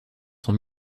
sont